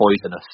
poisonous